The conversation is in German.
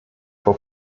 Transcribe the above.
vor